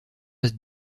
est